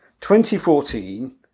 2014